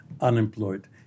unemployed